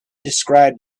described